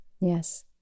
Yes